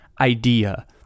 idea